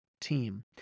team